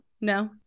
No